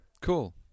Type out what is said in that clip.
Cool